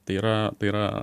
tai yra tai yra